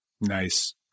Nice